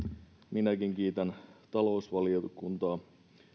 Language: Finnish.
minäkin kiitän talousvaliokuntaa